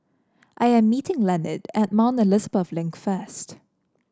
I am meeting Lenord at Mount Elizabeth Link first